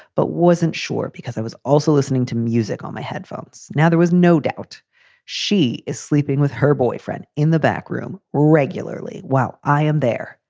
but wasn't sure because i was also listening to music on my headphones now, there was no doubt she is sleeping with her boyfriend in the back room regularly while i am there.